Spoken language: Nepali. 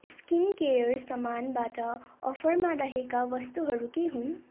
स्किन केयर सामानबाट अफरमा रहेका वस्तुहरू के हुन्